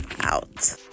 out